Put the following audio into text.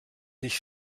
dich